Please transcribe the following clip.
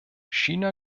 china